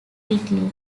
quickly